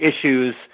issues